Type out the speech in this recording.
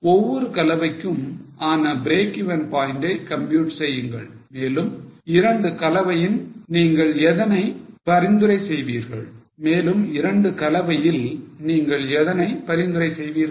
ஒவ்வொரு கலவைக்கும் ஆன breakeven point ஐ compute செய்யுங்கள் மேலும் இரண்டு கலவையில் நீங்கள் எதனை பரிந்துரை செய்வீர்கள்